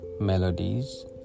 melodies